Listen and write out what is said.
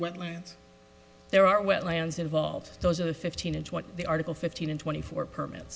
wetlands there are wetlands involved those are the fifteen and what the article fifteen and twenty four perm